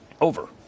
over